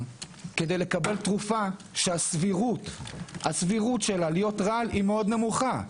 כדי לקבל תרופה שהסבירות שלה להיות רעל היא מאוד נמוכה.